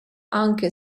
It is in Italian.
anche